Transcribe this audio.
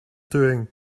doing